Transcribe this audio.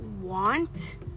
want